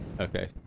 okay